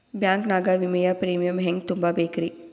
Bank ನಾಗ ವಿಮೆಯ premium ಹೆಂಗ್ ತುಂಬಾ ಬೇಕ್ರಿ?